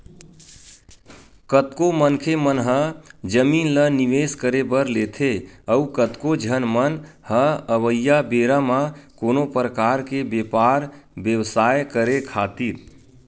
कतको मनखे मन ह जमीन ल निवेस करे बर लेथे अउ कतको झन मन ह अवइया बेरा म कोनो परकार के बेपार बेवसाय करे खातिर